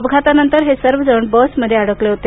अपघातानंतर हे सर्वजण बसमध्ये अडकले होते